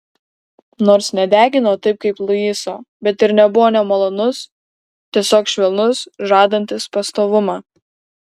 nors nedegino taip kaip luiso bet ir nebuvo nemalonus tiesiog švelnus žadantis pastovumą